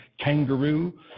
kangaroo